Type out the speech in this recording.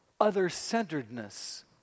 other-centeredness